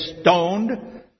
stoned